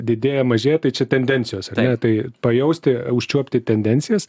didėja mažėja tai čia tendencijos ar ne tai pajausti užčiuopti tendencijas